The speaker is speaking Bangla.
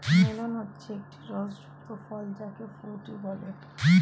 মেলন হচ্ছে একটি রস যুক্ত ফল যাকে ফুটি বলে